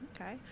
okay